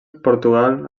portugal